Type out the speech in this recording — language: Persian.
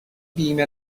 بیمه